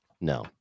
No